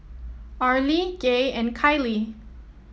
Arlie Gaye and Kylie